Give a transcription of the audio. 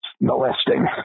molesting